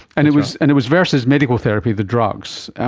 and it was and it was versus medical therapy, the drugs.